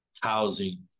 housing